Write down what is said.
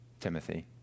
Timothy